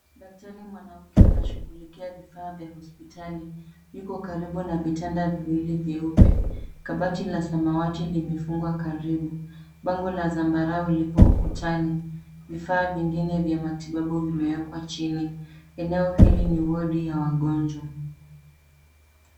Daktari mwanamke anashughulikia vifaa vya hospitali. Yuko karibu na vitanda viwili vyeupe. Kabati la samawati limefungwa karibu. Bango la zambarau lipo ukutani. Vifaa vingine vya matibabu vimewekwa chini. Eneo hili ni wodi ya wagonjwa.